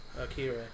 Akira